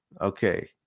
Okay